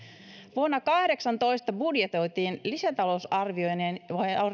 vuonna kahdeksantoista budjetoitiin lisätalousarvioineen